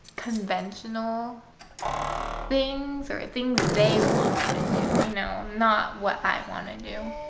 conventional things or things they want me to do, you know, not what i want to and do.